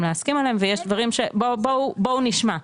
להסכים עליהם ויש דברים שבואו נשמע.